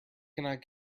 cannot